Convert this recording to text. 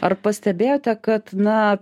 ar pastebėjote kad na